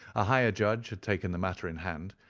a higher judge had taken the matter in hand,